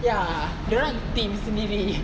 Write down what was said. ya dorang in theme sendiri